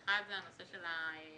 האחד זה הנושא של השקיפות,